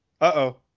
Uh-oh